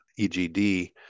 EGD